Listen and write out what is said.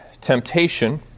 temptation